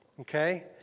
Okay